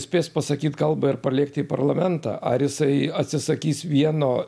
spės pasakyt kalbą ir parlėkt į parlamentą ar jisai atsisakys vieno